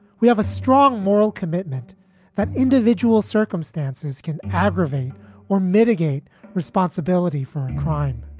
we have a strong moral commitment that individual circumstances can aggravate or mitigate responsibility for a crime.